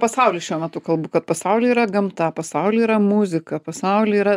pasaulį šiuo metu kalbu kad pasauly yra gamta pasauly yra muzika pasauly yra